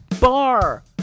Bar